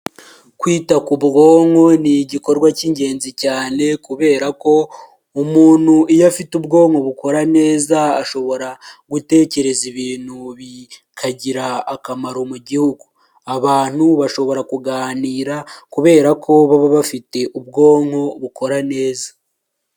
Kwita ku bwonko ni igikorwa cy'ingenzi cyane kubera ko umuntu iyo afite ubwonko bukora neza ashobora gutekereza ibintu bikagira akamaro mu gihugu abantu bashobora kuganira kubera ko baba bafite ubwonko bukora neza.